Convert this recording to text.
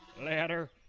ladder